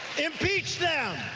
impeach them!